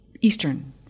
Eastern